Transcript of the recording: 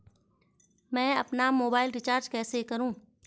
मैं अपना mobile recharge कैसे करूँ?